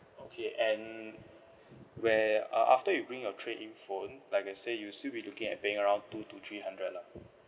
okay and where uh after you bring your trade in phone like I say you still be looking at paying around two to three hundred lah